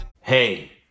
Hey